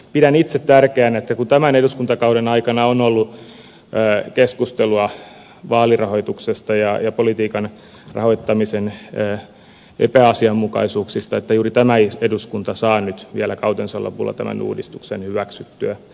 pidän itse tärkeänä sitä kun tämän eduskuntakauden aikana on ollut keskustelua vaalirahoituksesta ja politiikan rahoittamisen epäasianmukaisuuksista että juuri tämä eduskunta saa nyt vielä kautensa lopulla tämän uudistuksen hyväksyttyä